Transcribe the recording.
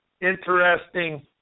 interesting